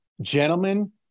gentlemen